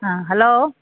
ആ ഹലോ